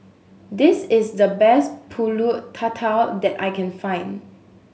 this is the best Pulut Tatal that I can find